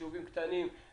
ישובים קטנים לא ייבחרו.